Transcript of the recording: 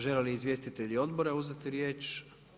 Želi li izvjestitelji odbora uzeti riječ?